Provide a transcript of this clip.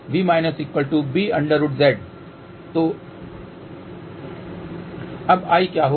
V−b√Z0 अब I क्या होगा